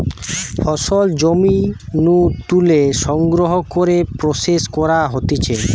ফসল জমি নু তুলে সংগ্রহ করে প্রসেস করা হতিছে